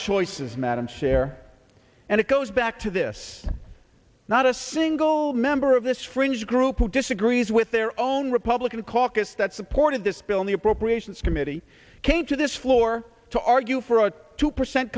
choices madam chair and it goes back to this not a single member of this fringe group who disagrees with their own republican caucus that supported this bill on the appropriations committee came to this floor to argue for a two percent